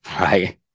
right